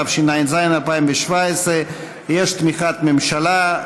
התשע"ז 2017. יש תמיכת ממשלה.